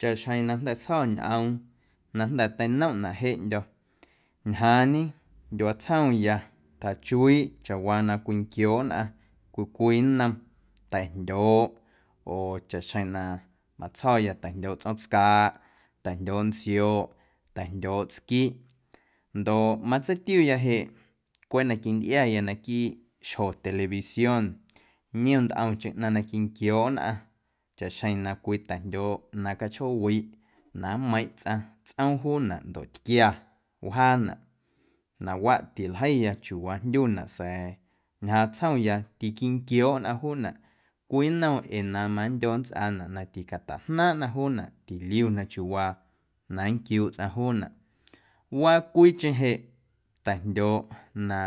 Chaꞌxjeⁿ na jnda̱ sjo̱ ñꞌoom na jnda̱ teinomꞌnaꞌ jeꞌndyo̱ ñjaaⁿñe ndyuaa tsjomya tjachuiiꞌ chawaa na cwinquiooꞌ nnꞌaⁿ cwii cwii nnom ta̱jndyooꞌ oo chaꞌxjeⁿ na matsjo̱ya ta̱jndyooꞌ tsꞌoom tscaaꞌ, ta̱jndyooꞌ ntsioꞌ, ta̱jndyooꞌ tsquiꞌ ndoꞌ matseitiuya jeꞌ cweꞌ na quintꞌiaya naquiiꞌ xjo televisión niom ntꞌomcheⁿ ꞌnaⁿ na quinquiooꞌ nnꞌaⁿ chaꞌxjeⁿ na cwii ta̱jndyooꞌ na cachjoowiꞌ na nmeiⁿꞌ tsꞌaⁿ tsꞌoom juunaꞌ ndoꞌ tquia wjaanaꞌ nawaꞌ tiljeiya chiuuwaa jndyunaꞌ sa̱a̱ ñjaaⁿ tsjomya tiquinquiooꞌ nnꞌaⁿ juunaꞌ cwii nnom ee na mandyo nntsꞌaanaꞌ na ticatajnaaⁿꞌna juunaꞌ tiliuna chiuuwaa na nnquiuuꞌ tsꞌaⁿ juunaꞌ, waa cwiicheⁿ jeꞌ ta̱jndyooꞌ na